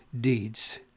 deeds